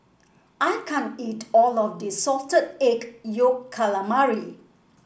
I can't eat all of this Salted Egg Yolk Calamari